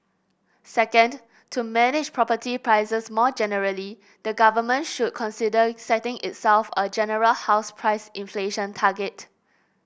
second to manage property prices more generally the government should consider setting itself a general house price inflation target